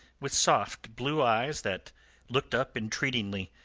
with soft blue eyes that looked up entreatingly,